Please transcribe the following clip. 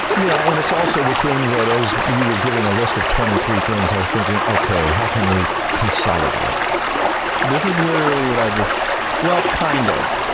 yeah. and it's also the thing that as you were giving a list of twenty three things i was thinking, okay, how can we consolidate? stan this is literally what i just well kind of.